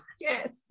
Yes